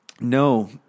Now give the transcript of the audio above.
No